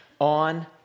on